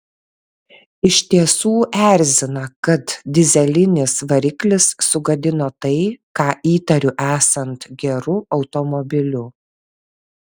iš tiesų erzina kad dyzelinis variklis sugadino tai ką įtariu esant geru automobiliu